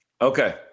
Okay